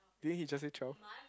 didn't he just say twelve